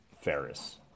Ferris